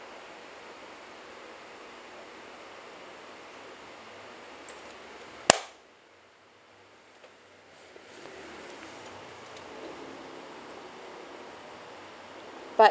part